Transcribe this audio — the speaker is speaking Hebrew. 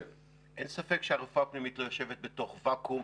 אין ספק שהרפואה הפנימית לא יושבת בתוך ואקום.